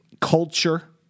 culture –